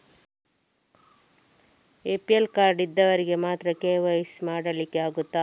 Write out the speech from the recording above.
APL card ಇದ್ದವರಿಗೆ ಮಾತ್ರ KYC ಮಾಡಲಿಕ್ಕೆ ಆಗುತ್ತದಾ?